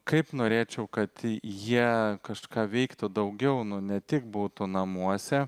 kaip norėčiau kad jie kažką veiktų daugiau ne tik būtų namuose